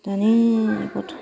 दानि गथ'